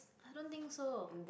i don't think so